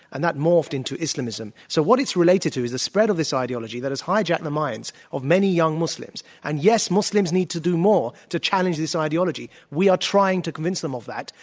and that morphed into islamism, so what it's related to is the spread of this ideology that has hijacked the minds of many young muslims. and yes, muslims need to do more to challenge this ideology. we are trying to convince them of that.